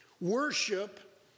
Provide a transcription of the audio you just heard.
Worship